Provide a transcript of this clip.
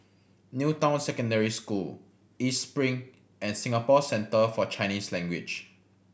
New Town Secondary School East Spring and Singapore Centre For Chinese Language